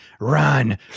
run